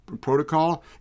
protocol